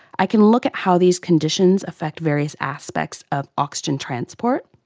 i can look at how these conditions affect various aspects of oxygen transport,